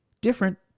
different